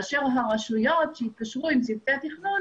והרשויות שהתקשרו עם צוותי התכנון